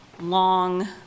Long